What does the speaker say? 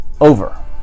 over